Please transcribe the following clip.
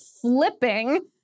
flipping